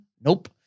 Nope